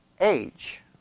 age